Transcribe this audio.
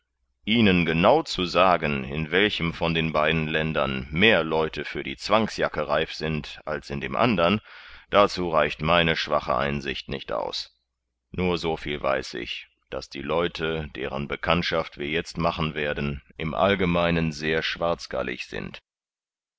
ihnen genau zu sagen in welchem von beiden ländern mehr leute für die zwangsjacke reif sind als in dem andern dazu reicht meine schwache einsicht nicht aus nur so viel weiß ich daß die leute deren bekanntschaft wir jetzt machen werden im allgemeinen sehr schwarzgallig sind